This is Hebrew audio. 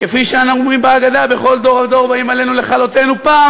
כפי שאנחנו אומרים בהגדה: "בכל דור ודור באים עלינו לכלותנו" פעם